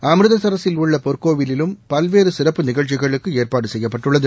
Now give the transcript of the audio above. அமிர்தசரஸில் உள்ள பொற்கோவிலிலும் பல்வேறு சிறப்பு நிகழ்ச்சிகளுக்கு ஏற்பாடு செய்யப்பட்டுள்ளது